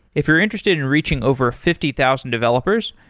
if you're interested in reaching over fifty thousand developers,